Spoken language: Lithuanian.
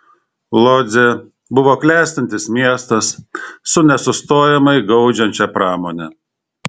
lodzė buvo klestintis miestas su nesustojamai gaudžiančia pramone